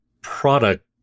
product